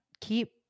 Keep